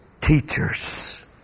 teachers